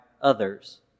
others